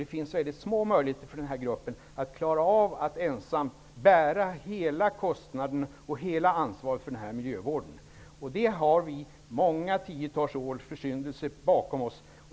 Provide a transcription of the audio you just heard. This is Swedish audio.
Det finns mycket små möjligheter för den gruppen att klara av att ensam bära alla kostnader och hela ansvaret för miljövården. Vi har många tiotals års försyndelser bakom oss.